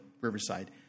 Riverside